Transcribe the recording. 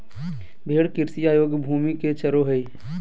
भेड़ कृषि अयोग्य भूमि में चरो हइ